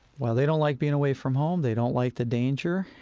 while they don't like being away from home, they don't like the danger,